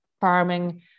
farming